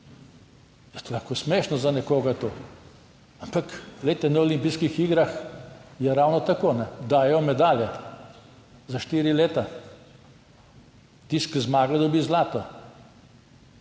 To je lahko smešno za nekoga je tu. Ampak glejte, na olimpijskih igrah je ravno tako, dajejo medalje za štiri leta. Tisti, ki zmaga, dobi zlato.